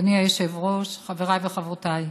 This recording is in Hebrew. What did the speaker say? אדוני היושב-ראש, חבריי וחברותיי,